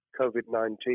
COVID-19